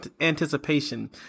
anticipation